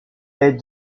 est